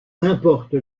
n’importe